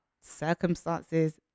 circumstances